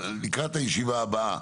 לקראת הישיבה הבאה